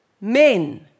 Men